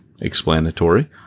explanatory